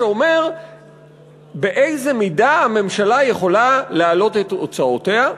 שאומר באיזו מידה הממשלה יכולה להעלות את הוצאותיה.